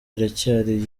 iracyari